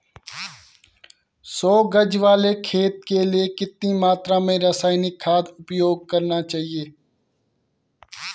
सौ गज वाले खेत के लिए कितनी मात्रा में रासायनिक खाद उपयोग करना चाहिए?